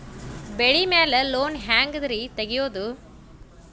ಬೆಳಿ ಮ್ಯಾಲೆ ಲೋನ್ ಹ್ಯಾಂಗ್ ರಿ ತೆಗಿಯೋದ?